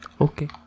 Okay